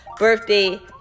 birthday